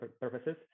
purposes